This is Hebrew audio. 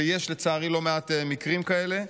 ויש לצערי לא מעט מקרים כאלה.